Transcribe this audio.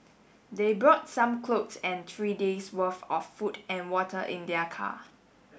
they brought some clothes and three days' worth of food and water in their car